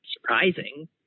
surprising